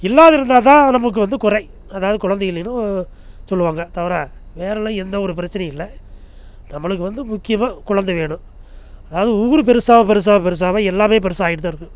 இல்லாத இருந்தால் தான் நமக்கு வந்து குறை அதாவது குழந்தை இல்லையின்னு சொல்லுவாங்கள் தவிர வேறலாம் எந்த ஒரு பிரச்சனையும் இல்லை நம்மளுக்கு வந்து முக்கியமாக குலந்தை வேணும் அதாவது ஊர் பெருசாக பெருசாக பெருசாக எல்லாமே பெருசாக ஆகிட்டு தான் இருக்குது